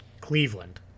Cleveland